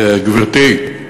גברתי,